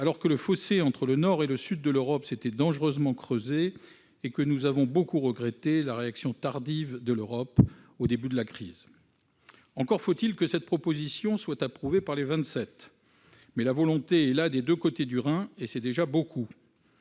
alors que le fossé entre le nord et le sud de l'Europe s'était dangereusement creusé et que nous avons fortement déploré la réaction tardive de l'Europe au début de la crise. Encore faut-il que cette proposition soit approuvée par les Vingt-Sept. Mais la volonté est là des deux côtés du Rhin, et c'est déjà beaucoup